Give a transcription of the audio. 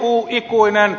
onko eu ikuinen